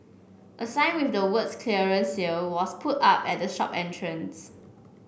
a sign with the words clearance sale was put up at the shop entrance